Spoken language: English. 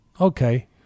okay